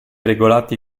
regolati